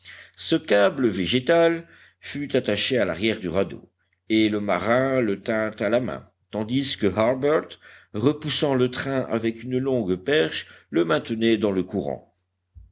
ce câble végétal fut attaché à l'arrière du radeau et le marin le tint à la main tandis que harbert repoussant le train avec une longue perche le maintenait dans le courant